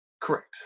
Correct